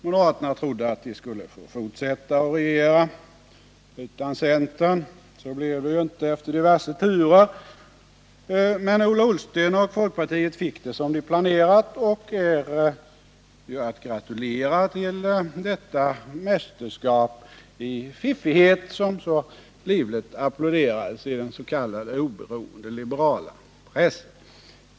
Moderaterna trodde att de skulle få fortsätta att regera utan centern. Så blev det ju inte, efter diverse turer. Men Ola Ullsten och folkpartiet fick det som de planerat och är ju att gratulera till detta mästerskap i fiffighet, som så livligt applåderades av den s.k. oberoende liberala pressen.